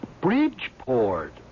Bridgeport